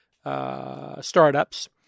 startups